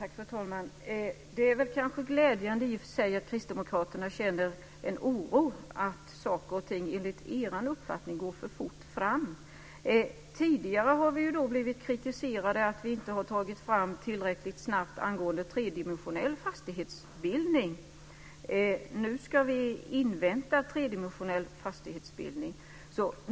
Fru talman! Det är i och för sig glädjande att kristdemokraterna känner en oro över att saker och ting går för fort fram, enligt er uppfattning. Tidigare har vi blivit kritiserade för att vi inte har varit tillräckligt snabba när det gäller tredimensionell fastighetsbildning. Nu ska vi invänta en sådan.